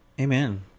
Amen